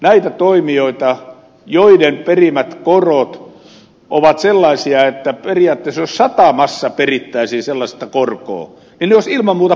näitä toimijoita joiden perimät korot ovat sellaisia että periaatteessa jos satamassa perittäisiin sellaista korkoa niin se olisi ilman muuta poliisiasia